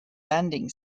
landing